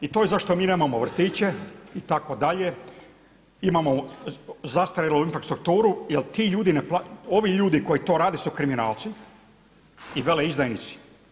I to je zašto mi nemamo vrtiće itd., imamo zastarjelu infrastrukturu jer ti ljudi, ovi ljudi koji to rade su kriminalci i veleizdajnici.